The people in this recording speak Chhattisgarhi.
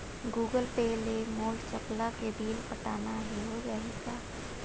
गूगल पे ले मोल चपला के बिल पटाना हे, हो जाही का?